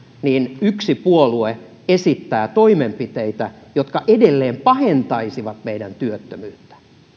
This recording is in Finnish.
yksi puolue esittää toimenpiteitä jotka edelleen pahentaisivat meidän työttömyyttämme